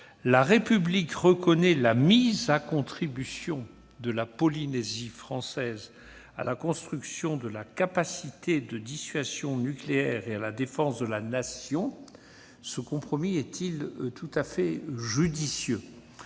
La République reconnaît la mise à contribution de la Polynésie française pour la construction de la capacité de dissuasion nucléaire et la défense de la Nation. » Cette formulation est tout à fait judicieuse